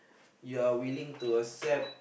you're willing to accept